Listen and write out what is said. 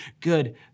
good